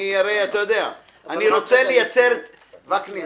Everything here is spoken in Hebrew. אסף, בבקשה.